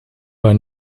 war